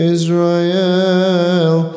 Israel